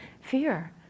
fear